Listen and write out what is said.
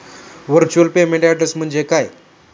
Virtual payment address म्हणजे काय?